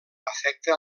afecta